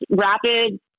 rapid